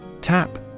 Tap